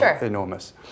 enormous